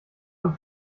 und